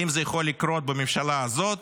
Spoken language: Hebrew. האם זה יכול לקרות בממשלה הזאת?